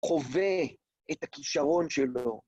חווה את הכישרון שלו.